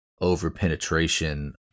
over-penetration